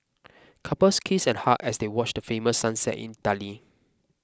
couples kissed and hugged as they watch the famous sunset in Italy